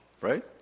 right